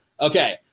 okay